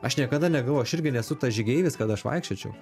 aš niekada negavau aš irgi nesu ta žygeivis kad aš vaikščiočiau